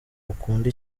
ukunda